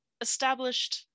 established